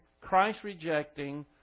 Christ-rejecting